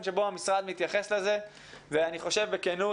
שבו המשרד מתייחס לזה ואני חושב בכנות,